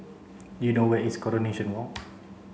do you know where is Coronation Walk